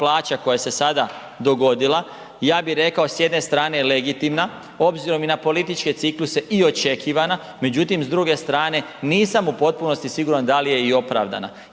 plaća koja se sada dogodila, ja bih rekao s jedne strane je legitimna obzirom na političke cikluse i očekivanja, međutim s druge strane nisam u potpunosti siguran da li je i opravdana.